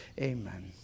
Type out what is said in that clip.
Amen